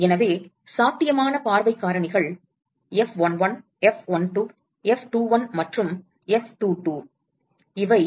எனவே சாத்தியமான பார்வை காரணிகள் F11 F12 F21 மற்றும் F22